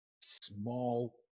small